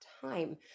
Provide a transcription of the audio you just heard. time